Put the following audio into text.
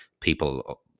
people